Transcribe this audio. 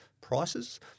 prices